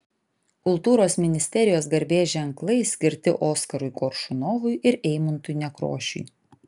kultūros ministerijos garbės ženklai skirti oskarui koršunovui ir eimuntui nekrošiui